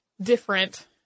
different